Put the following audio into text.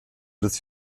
des